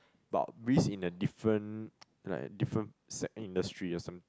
about risk in the different like different sector industry or some